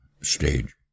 stage